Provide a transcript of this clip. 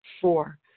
Four